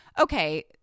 okay